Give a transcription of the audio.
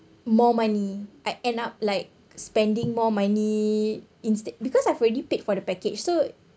more money I end up like spending more money instead because I've already paid for the package so